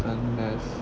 turn left